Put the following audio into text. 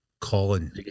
Colin